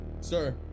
Sir